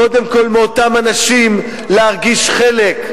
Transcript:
קודם כול של אותם אנשים להרגיש חלק,